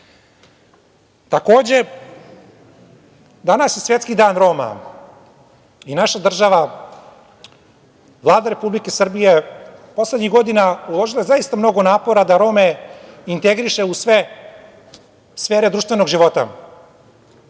danas je Svetski dan Roma i naša država, Vlada Republike Srbije poslednjih godina uložila je zaista mnogo napora da Rome integriše u sve sfere društvenog života.